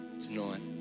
tonight